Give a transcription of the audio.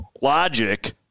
logic